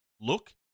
look